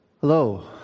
Hello